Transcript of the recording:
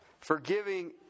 Forgiving